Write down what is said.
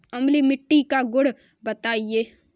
अम्लीय मिट्टी का गुण बताइये